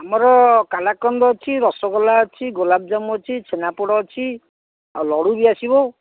ଆମର କାଲାକନ୍ଦ ଅଛି ରସଗୋଲା ଅଛି ଗୋଲାପଜାମୁ ଅଛି ଛେନାପୋଡ଼ ଅଛି ଆଉ ଲଡ଼ୁ ବି ଆସିବ